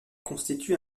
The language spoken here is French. constitue